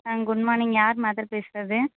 ஆ good morning யார் mother பேசுகிறது